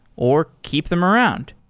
or keep them around.